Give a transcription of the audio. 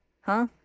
Huh